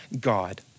God